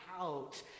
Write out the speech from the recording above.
out